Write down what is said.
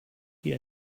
die